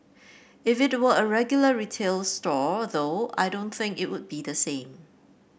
if it were a regular retail store though I don't think it would be the same